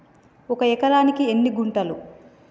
ఒక ఎకరానికి ఎన్ని గుంటలు?